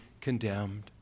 condemned